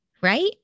right